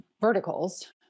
verticals